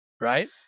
right